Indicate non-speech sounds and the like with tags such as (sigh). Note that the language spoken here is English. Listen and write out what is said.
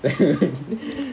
(laughs)